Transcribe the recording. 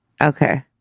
Okay